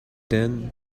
then